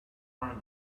are